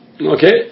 Okay